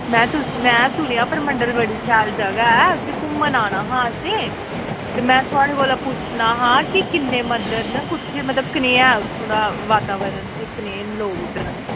में तुस में सुनेआ परमंडल बड़ी शैल जगह ऐ ते घूमन आना हा असें ते में थुआढ़े कोला पुच्छना हा कि किन्ने मंदर न कुत्थें मतलब कनेहा ऐ उत्थूं दा वातावरण ते कनेह् लोग उद्धरा दे